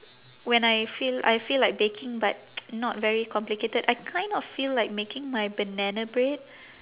when I feel I feel like baking but not very complicated I kind of feel like making my banana bread